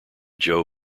joe